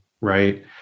Right